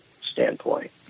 standpoint